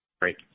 Great